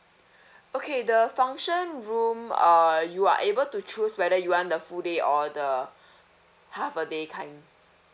okay the function room uh you are able to choose whether you want the full day or the half a day kind